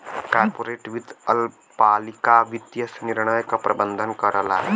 corporate वित्त अल्पकालिक वित्तीय निर्णय क प्रबंधन करला